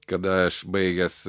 kada aš baigęs